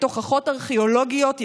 כיושבת-ראש שדולת הריבונות,